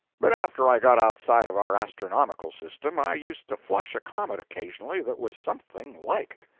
but after i got outside of our astronomical system, i used to flush a comet occasionally that was something like.